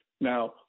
Now